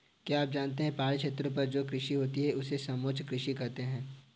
क्या आप जानते है पहाड़ी क्षेत्रों पर जो कृषि होती है उसे समोच्च कृषि कहते है?